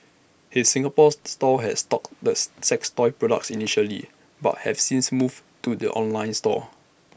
his Singapore store has stocked the sex toys products initially but have since moved to the online store